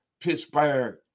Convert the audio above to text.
Pittsburgh